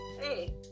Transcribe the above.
Hey